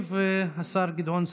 ישיב השר גדעון סער,